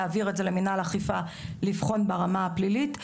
להעביר את זה למנהל האכיפה לבחון ברמה הפלילית.